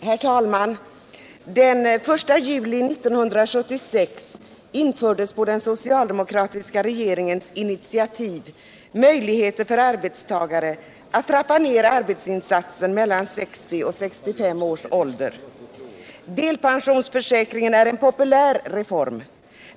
Herr talman! Den 1 juli 1976 infördes på den socialdemokratiska regeringens initiativ möjligheter för arbetstagare att trappa ned arbetsinsatsen mellan 60 och 65 års ålder. Delpensionsförsäkringen är en populär reform.